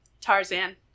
Tarzan